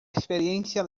experiencia